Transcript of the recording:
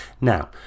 Now